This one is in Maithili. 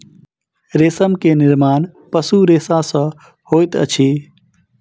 रेशम के निर्माण पशु रेशा सॅ होइत अछि